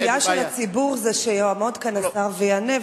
הציפייה של הציבור היא שיעמוד כאן השר ויענה,